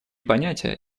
понятия